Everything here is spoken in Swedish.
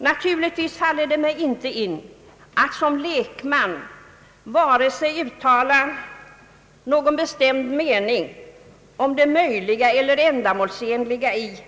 Naturligtvis vill jag inte som lekman vare sig uttala någon bestämd mening om det möjliga eller ändamålsenliga i